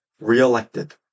re-elected